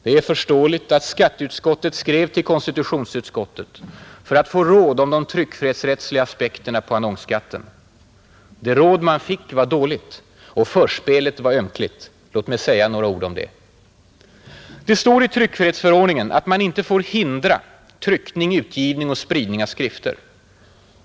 Det är förståeligt att skatteutskottet skrev till konstitutionsutskottet för att få råd om de tryckfrihetsrättsliga aspekterna på annonsskatten. Det råd man fick var dåligt, och förspelet var ömkligt. Låt mig säga några ord om det. Det står i tryckfrihetsförordningen att man inte får ”hindra” tryckning, utgivning och spridning av skrifter.